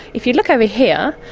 if you look over here,